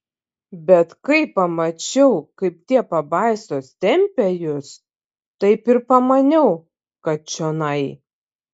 bet kai pamačiau kaip tie pabaisos tempia jus taip ir pamaniau kad čionai